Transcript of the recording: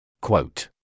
Quote